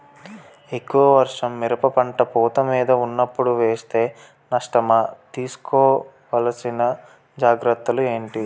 ఎక్కువ వర్షం మిరప పంట పూత మీద వున్నపుడు వేస్తే నష్టమా? తీస్కో వలసిన జాగ్రత్తలు ఏంటి?